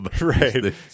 Right